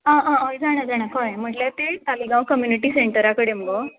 आं आं हय जाणा जाणा कळ्ळें म्हटल्यार ते तालिगांव कोम्युनिटी सेन्टरा कडेन मुगो